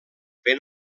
ben